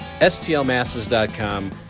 STLMasses.com